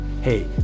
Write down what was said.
hey